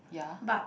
but